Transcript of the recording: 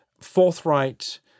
forthright